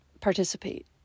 participate